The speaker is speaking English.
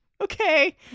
Okay